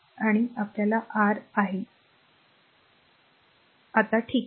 तर हे a आहे हे R आहे आता ठीक आहे